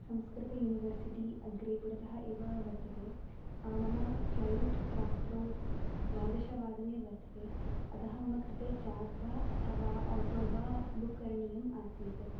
संस्कृतं यूनिवर्सिटि अग्रे पुरतः एव वर्तते मम फ़्लैट् रात्रौ द्वादशवादने वर्तते अतः मम कृते क्याब् वा अथवा आटो वा बुक् करणीयम् आसीत्